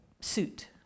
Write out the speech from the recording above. suit